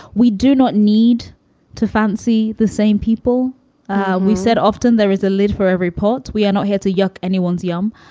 we do not need to fancy the same people and we said. often there is a lid for every pot. we are not here to yuck. anyone's yum.